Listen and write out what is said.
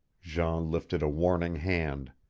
jean lifted a warning hand.